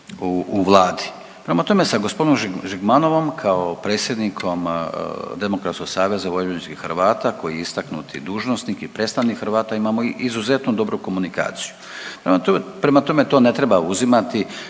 u vladi. Prema tome sa gospodinom Žigmanovom kao predsjednikom Demokratskog saveza vojvođanskih Hrvata koji je istaknuti dužnosnik i predstavnik Hrvata imamo izuzetno dobru komunikaciju. Prema tome, to ne treba uzimati,